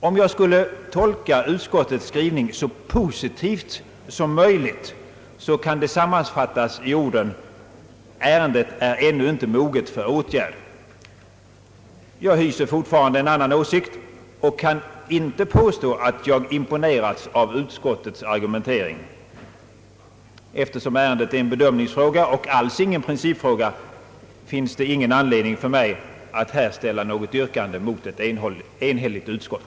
Om jag skulle tolka utskottets skrivning så positivt som möjligt, så kan det sammanfattas i orden: ärendet är ännu inte moget för åtgärd. Jag hyser fortfarande en annan åsikt och kan inte påstå att jag imponerats av utskottets argumentering. Eftersom ärendet är en bedömningsfråga och alls ingen principfråga, finns det ingen anledning för mig att här ställa något yrkande mot ett enhälligt utskott.